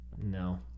No